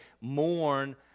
mourn